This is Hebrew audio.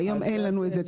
והיום אין לנו את זה.